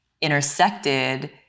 intersected